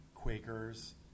Quakers